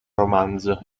romanzo